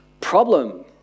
Problem